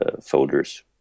folders